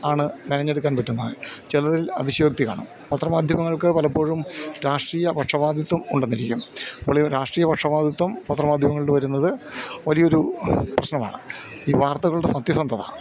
ആണ് മെനഞ്ഞെടുക്കാൻ പറ്റുന്നത് ചിലതിൽ അതിശയോക്തി കാണും പത്രമാധ്യമങ്ങൾക്ക് പലപ്പോഴും രാഷ്ട്രീയ പക്ഷപാതിത്വമുണ്ടെന്നിരിക്കും അപ്പോള് ഈ രാഷ്ട്രീയ പക്ഷപാതിത്വം പത്രമാധ്യമങ്ങളിൽ വരുന്നത് വലിയൊരു പ്രശ്നമാണ് ഈ വാർത്തകളുടെ സത്യസന്ധത